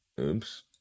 Oops